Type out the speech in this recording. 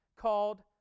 called